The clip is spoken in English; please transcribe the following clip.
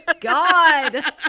god